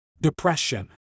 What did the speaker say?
depression